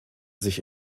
sich